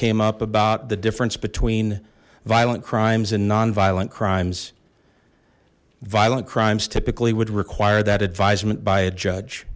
came up about the difference between violent crimes and non violent crimes violent crimes typically would require that advisement by a judge